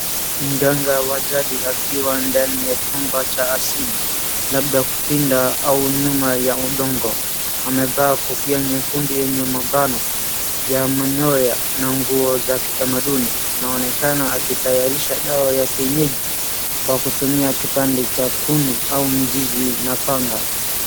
Mganga wa jadi akiwa ndani ya chumba cha asili. Labda kupinda au nyuma ya udongo. Amevaa kofia nyekundu yenye mabano ya manyoya na nguo za kitamaduni. Anaonekana akitayarisha dawa ya kienyeji, kwa kutumia kipande cha kuni au mzizi na panga.